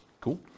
Cool